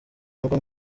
n’ubwo